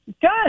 Good